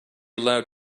allowed